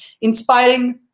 inspiring